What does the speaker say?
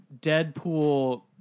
Deadpool